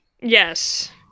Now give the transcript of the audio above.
Yes